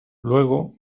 luego